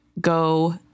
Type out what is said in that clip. go